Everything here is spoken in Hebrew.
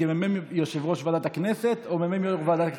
כמ"מ יושב-ראש ועדת הכנסת או כמ"מ יו"ר ועדת הכספים?